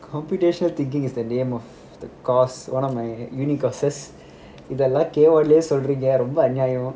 computational thinking is the name of the course one of my uni courses இதுலாம் தேவை இல்லனு சொல்றதுலாம் ரொம்ப அநியாயம்:idhulam thevai illanu solrathulam romba aniyayam